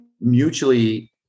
mutually